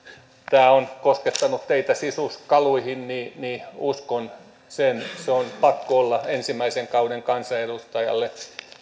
tämä on koskettanut teitä sisuskaluihin niin niin uskon sen sen on pakko olla ensimmäisen kauden kansanedustajalle